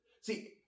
See